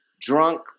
drunk